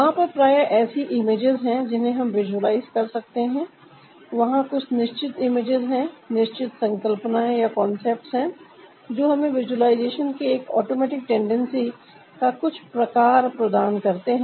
वहां पर प्राय ऐसी इमेजेस है जिन्हें हम विजुलाइज कर सकते हैं वहां कुछ निश्चित इमेजेस हैं निश्चित संकल्पनाएं या कॉन्सेप्ट्स है जो हमें विजुअलाइजेशन के एक ऑटोमेटिक टेंडेंसी का कुछ प्रकार प्रदान करते हैं